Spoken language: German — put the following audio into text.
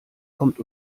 kommt